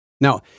Now